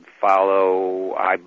follow